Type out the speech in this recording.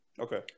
Okay